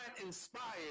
inspired